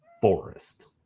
forest